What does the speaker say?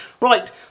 right